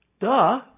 Duh